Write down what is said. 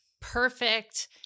perfect